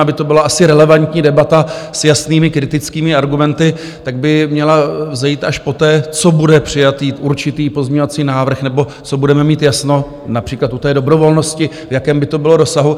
Aby to byla asi relevantní debata s jasnými kritickými argumenty, tak by měla vzejít až poté, co bude přijatý určitý pozměňovací návrh, nebo co budeme mít jasno, například u té dobrovolnosti, v jakém by to bylo rozsahu.